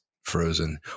frozen